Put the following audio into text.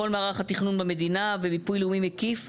בכל מערך התכנון במדינה, ומיפוי לאומי מקיף,